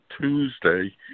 Tuesday